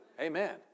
Amen